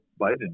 Biden